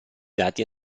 dati